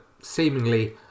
seemingly